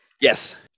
yes